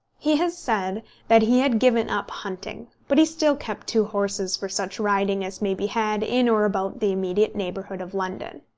he has said that he had given up hunting but he still kept two horses for such riding as may be had in or about the immediate neighbourhood of london.